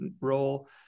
role